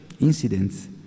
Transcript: incidents